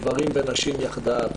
גברים ונשים יחדיו.